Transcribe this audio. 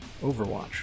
Overwatch